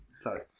Sorry